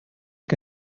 que